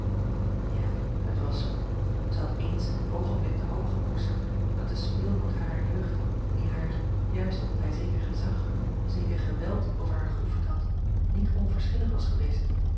ja het was zoo zij had ééns een oogenblik de hoop gekoesterd dat de speelnoot harer jeugd die haar juist omdat hij zeker gezag zeker geweld over haar geoefend had niet onverschillig was geweest